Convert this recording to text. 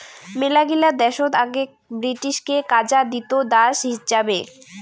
মেলাগিলা দেশত আগেক ব্রিটিশকে কাজা দিত দাস হিচাবে